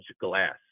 glass